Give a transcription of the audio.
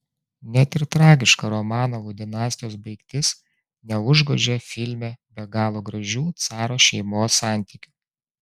net ir tragiška romanovų dinastijos baigtis neužgožia filme be galo gražių caro šeimos santykių